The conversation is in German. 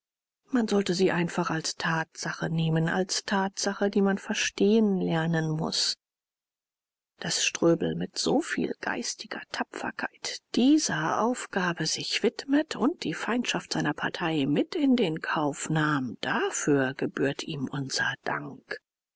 man sollte sie einfach als tatsache nehmen als tatsache die man verstehen lernen muß daß ströbel mit soviel geistiger tapferkeit dieser aufgabe sich widmet und die feindschaft seiner partei mit in den kauf nahm dafür gebührt ihm unser dank